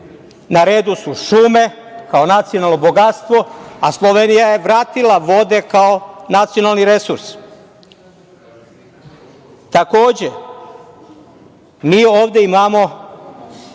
na redu su šume, kao nacionalno bogatstvo, a Slovenija je vratila vode kao nacionalni resurs. Takođe, mi ovde imamo